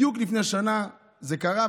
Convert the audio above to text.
בדיוק לפני שנה זה קרה.